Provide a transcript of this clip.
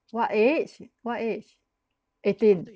what age what age eighteen